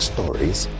Stories